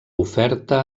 oferta